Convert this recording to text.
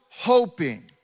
Hoping